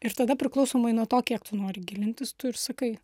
ir tada priklausomai nuo to kiek tu nori gilintis tu ir sakai